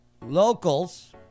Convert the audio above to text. locals